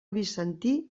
bizantí